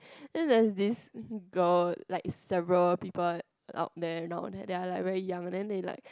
it does this girls like several people out there they are like very young and they like